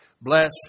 bless